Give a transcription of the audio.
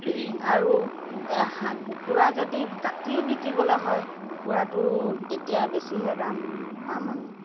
আৰু কুকুৰা যদি কাটিও বিকিবলৈ হয় কুকুৰাটো তেতিয়া বেছিহে দাম পাম আমি